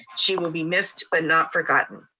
she will be missed, but not forgotten.